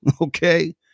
Okay